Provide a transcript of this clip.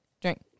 drink